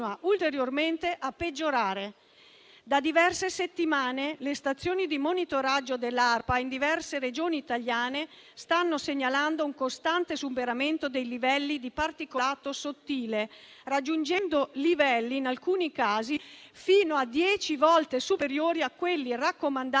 ulteriormente a peggiorare. Da diverse settimane le stazioni di monitoraggio dell'ARPA in diverse Regioni italiane stanno segnalando un costante superamento dei livelli di particolato sottile, raggiungendo in alcuni casi livelli fino a dieci volte superiori a quelli raccomandati